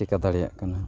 ᱪᱤᱠᱟᱹ ᱫᱟᱲᱮᱭᱟᱜ ᱠᱟᱱᱟ